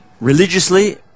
religiously